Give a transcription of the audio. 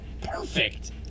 perfect